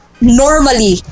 normally